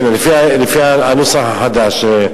לפי הנוסח החדש.